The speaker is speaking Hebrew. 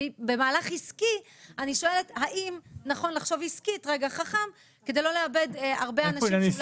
אז אני שואלת האם נכון לחשוב עסקית ובחכמה כדי לא לאבד הרבה אנשים?